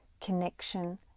connection